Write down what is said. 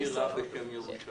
בלי הבירה ירושלים,